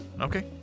Okay